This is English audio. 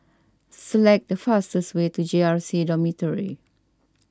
select the fastest way to J R C Dormitory